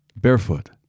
Barefoot